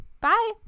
Bye